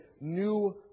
new